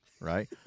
right